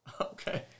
Okay